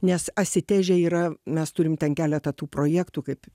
nes asiteže yra mes turim ten keletą tų projektų kaip